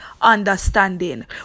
understanding